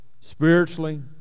spiritually